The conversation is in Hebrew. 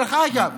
דרך אגב,